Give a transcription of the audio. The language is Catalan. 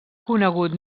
conegut